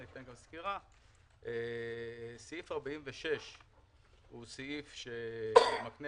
סעיף 46 הוא סעיף שמקנה